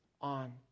on